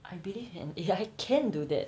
I believe an A_I can do that